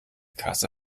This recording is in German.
kasse